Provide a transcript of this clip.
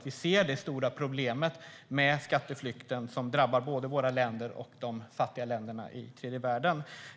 Vi ser det stora problemet med skatteflykten som drabbar både våra länder och de fattiga länderna i tredje världen.